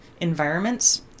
environments